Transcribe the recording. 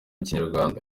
kinyarwanda